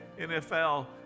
NFL